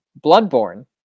Bloodborne